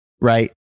right